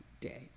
day